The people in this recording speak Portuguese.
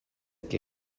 que